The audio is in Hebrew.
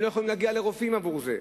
הם לא יכולים להגיע לרופאים עבור זה.